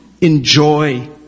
enjoy